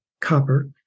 copper